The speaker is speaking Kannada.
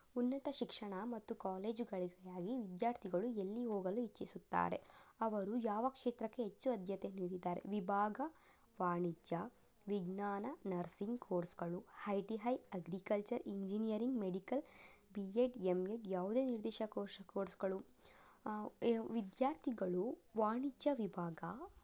ಉನ್ನತ ಶಿಕ್ಷಣ ಮತ್ತು ಕಾಲೇಜುಗಳಿಗಾಗಿ ವಿದ್ಯಾರ್ಥಿಗಳು ಎಲ್ಲಿ ಹೋಗಲು ಇಚ್ಛಿಸುತ್ತಾರೆ ಅವರು ಯಾವ ಕ್ಷೇತ್ರಕ್ಕೆ ಹೆಚ್ಚು ಆದ್ಯತೆ ನೀಡಿದ್ದಾರೆ ವಿಭಾಗ ವಾಣಿಜ್ಯ ವಿಜ್ಞಾನ ನರ್ಸಿಂಗ್ ಕೋರ್ಸ್ಗಳು I T I agriculture engineering medical B Ed M Ed ಯಾವುದೇ ನಿರ್ದೇಶ ಕೋರ್ಶ್ ಕೋರ್ಸ್ಗಳು ವಿದ್ಯಾರ್ಥಿಗಳು ವಾಣಿಜ್ಯ ವಿಭಾಗ